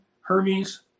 Hermes